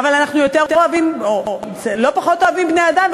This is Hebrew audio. אבל אנחנו לא פחות אוהבים בני-אדם,